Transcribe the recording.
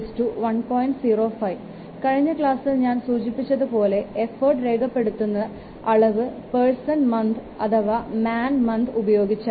05 കഴിഞ്ഞ ക്ലാസ്സിൽ ഞാൻ സൂചിപ്പിച്ചതുപോലെ പോലെ എഫോർട്ട് രേഖപ്പെടുത്തുന്ന അളവ് പേഴ്സൺ മൻത്സ് അഥവാ മാൻ മൻത്സ് ഉപയോഗിച്ചാണ്